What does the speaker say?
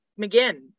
McGinn